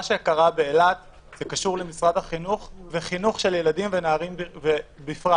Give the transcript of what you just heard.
מה שקרה באילת זה קשור למשרד החינוך וחינוך של ילדים ונערים בפרט,